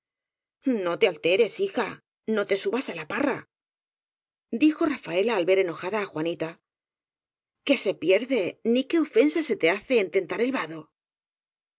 no te alteres hija no te subas á la parra dijo rafaela al ver enojada á juanita qué se pierde ni qué ofensa se te hace